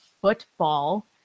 football